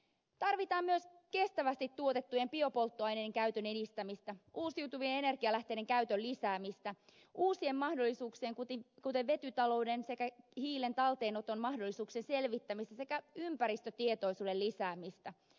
tarvitaan myös kestävästi tuotettujen biopolttoaineiden käytön edistämistä uusiutuvien energianlähteiden käytön lisäämistä uusien mahdollisuuksien kuten vetytalouden sekä hiilen talteenoton mahdollisuuksien selvittämistä sekä ympäristötietoisuuden lisäämistä